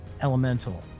elemental